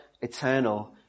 eternal